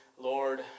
Lord